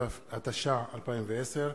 התש"ע 2010,